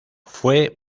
fue